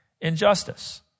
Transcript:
injustice